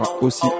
aussi